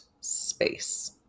space